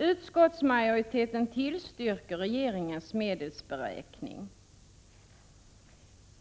Utskottsmajoriteten tillstyrker regeringens medelsberäkning.